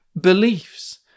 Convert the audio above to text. beliefs